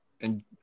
and-